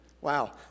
Wow